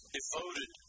Devoted